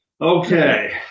Okay